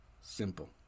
simple